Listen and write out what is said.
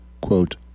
quote